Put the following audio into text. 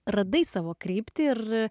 radai savo kryptį ir